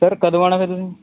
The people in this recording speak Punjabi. ਸਰ ਕਦੋਂ ਆਉਣਾ ਫਿਰ ਤੁਸੀਂ